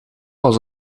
was